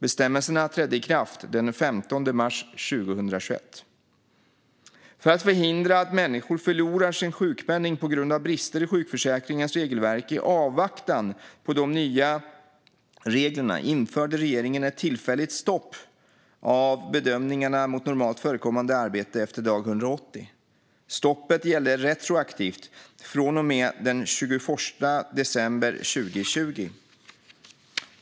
Bestämmelserna trädde i kraft den 15 mars 2021. För att förhindra att människor förlorar sin sjukpenning på grund av brister i sjukförsäkringens regelverk i avvaktan på de nya reglerna införde regeringen ett tillfälligt stopp av bedömningarna mot normalt förekommande arbete efter dag 180. Stoppet gällde retroaktivt från och med den 21 december 2020.